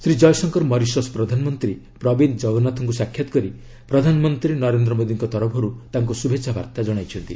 Shri Jaishankar Mauritius ପ୍ରଧାନମନ୍ତ୍ରୀ Pravind ଜଗନ୍ନାଥଙ୍କୁ ସାକ୍ଷାତ କରି ପ୍ରଧାନମନ୍ତ୍ରୀ ନରେନ୍ଦ୍ର ମୋଦୀଙ୍କ ତରଫରୁ ତାଙ୍କୁ ଶୁଭେଚ୍ଛାବାର୍ତ୍ତା ଜଣାଇଛନ୍ତି